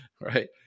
right